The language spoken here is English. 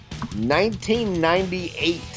1998